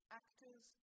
actors